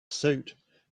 suit